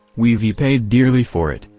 we ve paid dearly for it,